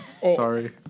Sorry